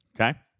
Okay